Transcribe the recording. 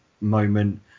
moment